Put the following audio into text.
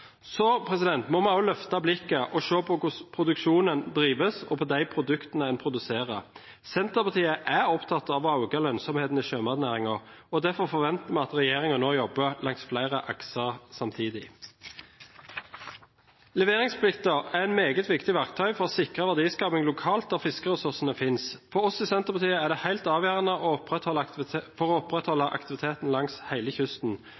må vi også løfte blikket og se på hvordan produksjonen drives og på de produktene en produserer. Senterpartiet er opptatt av å øke lønnsomheten i sjømatnæringen, og derfor forventer vi at regjeringen nå jobber langs flere akser samtidig. Leveringsplikten er et meget viktig verktøy for å sikre verdiskaping lokalt der fiskeressursene finnes. For oss i Senterpartiet er den helt avgjørende for å opprettholde